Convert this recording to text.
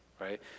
right